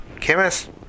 Chemist